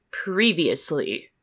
Previously